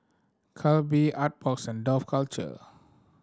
Calbee Artbox and Dough Culture